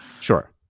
Sure